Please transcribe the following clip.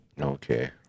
Okay